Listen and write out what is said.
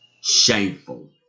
shameful